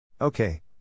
Okay